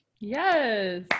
Yes